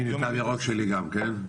הינה, תו ירוק שלי גם כן.